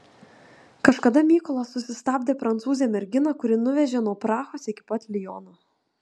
kažkada mykolas susistabdė prancūzę merginą kuri nuvežė nuo prahos iki pat liono